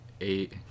eight